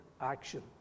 action